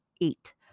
eight